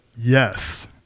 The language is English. yes